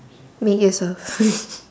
make yourself